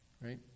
right